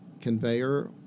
conveyor